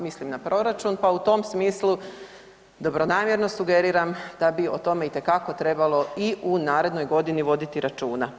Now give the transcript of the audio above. Mislim na proračun, pa u tom smislu, dobronamjerno sugeriram da bi o tome itekako trebalo i u narednoj godini voditi računa.